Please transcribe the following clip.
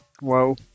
Whoa